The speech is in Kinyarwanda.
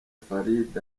farid